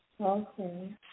Okay